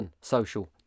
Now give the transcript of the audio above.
social